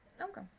Okay